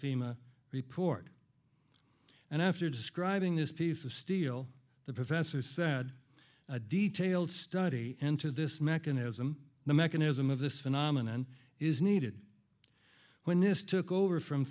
fema report and after describing this piece of steel the professor said a detailed study into this mechanism the mechanism of this phenomenon is needed when this took over from